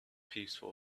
beautiful